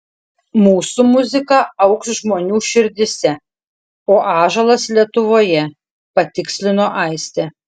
mūsų muzika augs žmonių širdyse o ąžuolas lietuvoje patikslino aistė